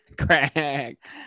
Crack